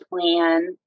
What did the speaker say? plan